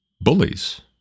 bullies